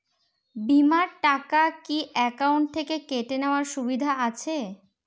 বিমার টাকা কি অ্যাকাউন্ট থেকে কেটে নেওয়ার সুবিধা আছে?